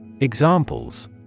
Examples